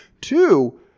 Two